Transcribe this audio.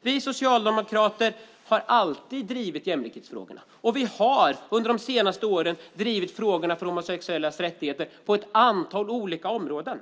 Vi socialdemokrater har alltid drivit jämlikhetsfrågorna, och vi har under de senaste åren drivit frågorna om homosexuellas rättigheter på ett antal olika områden.